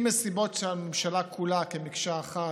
אם מהסיבה שהממשלה כולה, כמקשה אחת,